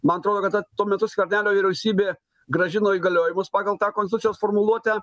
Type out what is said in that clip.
man atrodo kad ta tuo metu skvernelio vyriausybė grąžino įgaliojimus pagal tą konstitucijos formuluotę